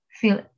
feel